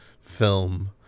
film